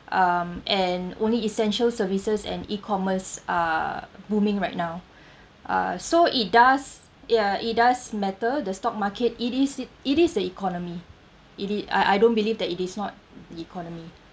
um and only essential services and ecommerce are booming right now uh so it does ya it does matter the stock market it is i~ it is the economy it it uh I don't believe that it is not the economy